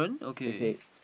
okay